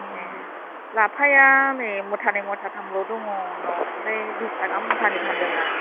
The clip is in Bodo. ए लाफाया नै मुथानै मुथाथामल' दङ आंनाव ओमफ्राय बिस थाखा मुथानि फानदों आं